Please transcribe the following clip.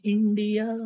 India